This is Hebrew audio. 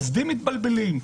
עובדים מתבלבלים.